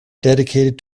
dedicated